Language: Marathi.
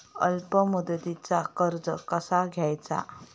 अल्प मुदतीचा कर्ज कसा घ्यायचा?